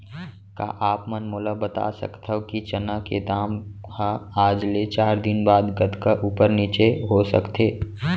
का आप मन मोला बता सकथव कि चना के दाम हा आज ले चार दिन बाद कतका ऊपर नीचे हो सकथे?